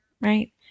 right